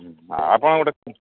ଆପଣ ଗୋଟେ